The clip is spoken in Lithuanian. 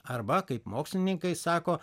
arba kaip mokslininkai sako